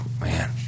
man